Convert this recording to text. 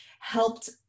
Helped